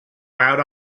out